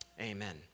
amen